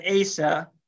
Asa